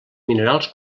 minerals